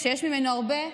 כשיש ממנו הרבה.